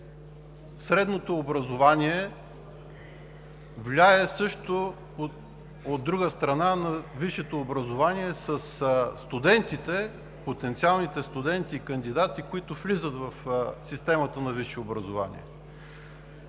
Средното образование влияе също, от друга страна, на висшето образование с потенциалните студенти, с кандидатите да влязат в системата на висшето образование.